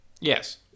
Yes